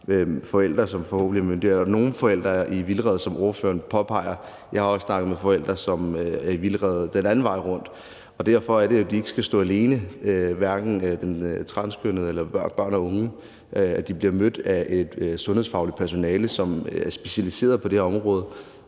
forældre, som forhåbentlig er myndige. Og nogle forældre er i vildrede, som ordføreren påpeger. Jeg har også snakket med forældre, som er i vildrede den anden vej rundt. Det er jo derfor, de transkønnede børn og unge ikke skal stå alene, og derfor, at de bliver mødt af et sundhedsfagligt personale, som er specialiseret på det her område